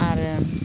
आरो